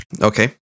Okay